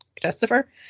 Christopher